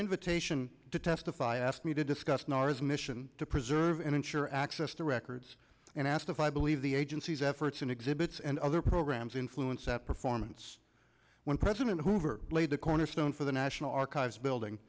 invitation to testify ask me to discuss nars mission to preserve and ensure access to records and asked if i believe the agency's efforts in exhibits and other programs influence that performance when president hoover laid the cornerstone for the national archives building